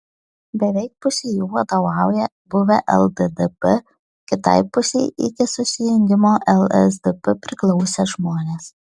beveik pusei jų vadovauja buvę lddp kitai pusei iki susijungimo lsdp priklausę žmonės